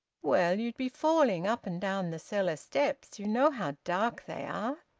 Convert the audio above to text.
well, you'd be falling up and down the cellar steps. you know how dark they are.